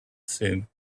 seemed